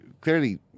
clearly